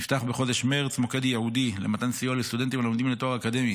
נפתח בחודש מרץ מוקד ייעודי למתן סיוע לסטודנטים הלומדים לתואר אקדמי